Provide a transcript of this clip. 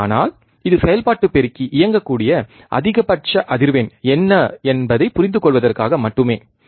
ஆனால் இது செயல்பாட்டு பெருக்கி இயங்கக்கூடிய அதிகபட்ச அதிர்வெண் என்ன என்பதைப் புரிந்துகொள்வதற்காக மட்டுமே